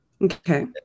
okay